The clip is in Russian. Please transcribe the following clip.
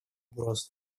угроз